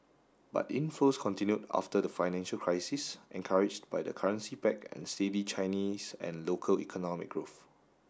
but inflows continued after the financial crisis encouraged by the currency peg and steady Chinese and local economic growth